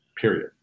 period